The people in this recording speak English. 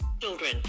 Children